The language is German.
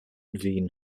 wien